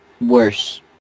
worse